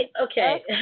Okay